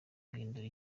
yahinduye